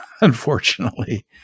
unfortunately